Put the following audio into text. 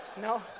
no